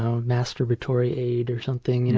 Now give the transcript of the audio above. a masturbatory aid or something. you know